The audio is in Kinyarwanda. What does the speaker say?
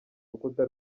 rukuta